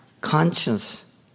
conscience